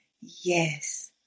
Yes